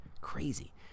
crazy